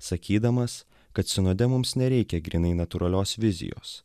sakydamas kad sinode mums nereikia grynai natūralios vizijos